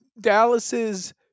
Dallas's